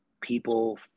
people